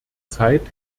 zeit